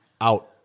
out